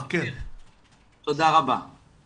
תודה לך על